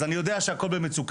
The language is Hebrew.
אז אני יודע שהכול במצוקה,